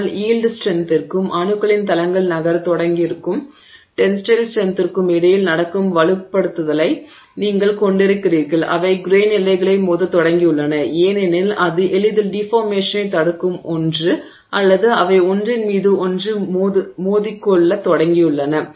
ஆனால் யீல்டு ஸ்ட்ரென்த்திற்கும் அணுக்களின் தளங்கள் நகரத் தொடங்கியிருக்கும் டென்ஸைல் ஸ்ட்ரென்த்திற்கும் இடையில் நடக்கும் வலுப்படுத்துதலை நீங்கள் கொண்டிருக்கிறீர்கள் அவை கிரெய்ன் எல்லைகளை மோதத் தொடங்கியுள்ளன ஏனெனில் அது எளிதில் டிஃபார்மேஷனைத் தடுக்கும் ஒன்று அல்லது அவை ஒன்றின் மீது ஒன்று மோதிக்கொள்ளத் தொடங்கியுள்ளன